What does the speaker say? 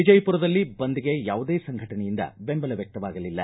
ವಿಜಯಪುರದಲ್ಲಿ ಬಂದ್ಗೆ ಯಾವುದೇ ಸಂಘಟನೆಯಿಂದ ಬೆಂಬಲ ವ್ಯಕ್ತವಾಗಿಲ್ಲ